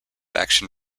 action